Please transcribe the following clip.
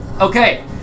Okay